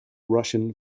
russian